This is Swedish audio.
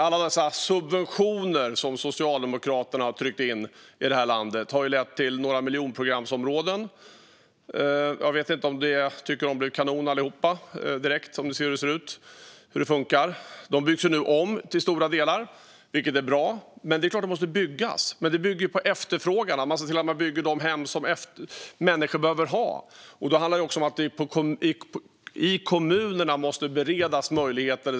Alla dessa subventioner som Socialdemokraterna tryckt in i det här landet har lett till några miljonprogramsområden. Jag vet inte om jag tycker att de blev kanon allihop, om vi ser till hur de ser ut och funkar. De byggs nu om till stora delar, vilket är bra. Det är klart att det måste byggas, men det ska bygga på efterfrågan, att man bygger de hem som människor behöver ha. Då handlar det också om att det måste beredas möjlighet i kommunerna.